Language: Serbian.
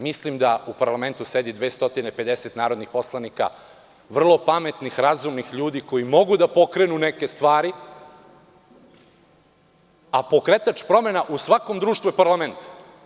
Mislim da u parlamentu sedi 250 narodnih poslanika, vrlo pametnih razumnih ljudi, koji mogu da pokrenu neke stvari, a pokretač promena u svakom društvu je parlament.